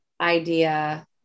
idea